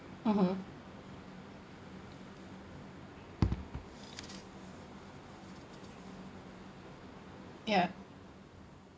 (uh huh) ya